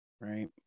right